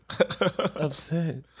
Upset